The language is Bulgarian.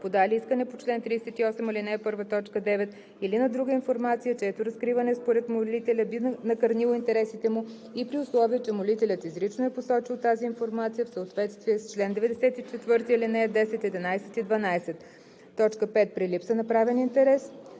подали искане по чл. 38, ал. 1, т. 9, или на друга информация, чието разкриване според молителя би накърнило интересите му и при условие че молителят изрично е посочил тази информация в съответствие с чл. 94, ал. 10, 11 и 12; 5. при липса на правен интерес.“